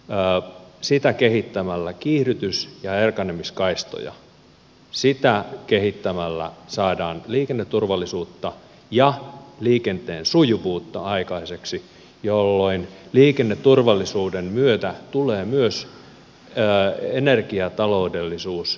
ja yleensäkin risteysturvallisuutta kehittämällä kiihdytys ja erkanemiskaistoja kehittämällä saadaan liikenneturvallisuutta ja liikenteen sujuvuutta aikaiseksi jolloin liikenneturvallisuuden myötä tulee myös energiataloudellisuus